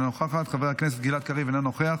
אינה נוכחת,